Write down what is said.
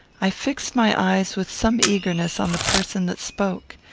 i fixed my eyes with some eagerness on the person that spoke.